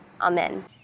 Amen